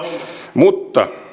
mutta